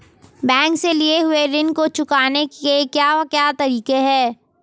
Bank से लिए हुए ऋण को चुकाने के क्या क्या तरीके हैं?